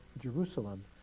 Jerusalem